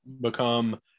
become